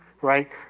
right